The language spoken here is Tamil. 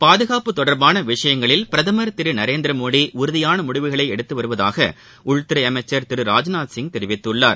பாதுகாப்பு தொடர்பான விஷயங்களில் பிரதமர் திரு நரேந்திரமோடி உறுதியான முடிவுகளை எடுத்துவருவதாக உள்துறை அமைச்சர் திரு ராஜ்நாத் சிங் தெரிவித்துள்ளார்